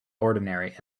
ordinary